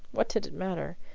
what did it matter?